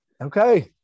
Okay